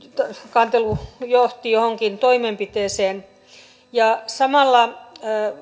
kantelu johti johonkin toimenpiteeseen ja samalla